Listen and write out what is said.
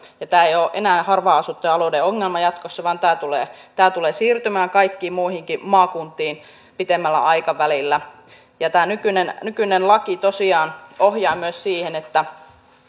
tämä ei ole enää harvaan asuttujen alueiden ongelma jatkossa vaan tämä tulee tämä tulee siirtymään kaikkiin muihinkin maakuntiin pitemmällä aikavälillä nykyinen nykyinen laki tosiaan ohjaa myös siihen että